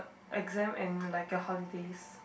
exam and like a holidays